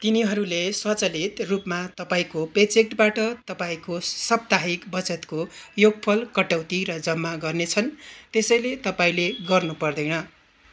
तिनीहरूले स्वचालित रूपमा तपाईँको पे चेकबाट तपाईँको साप्ताहिक बचतको योगफल कटौती र जम्मा गर्नेछन् त्यसैले तपाईँले गर्नु पर्दैन